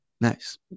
Nice